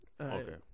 Okay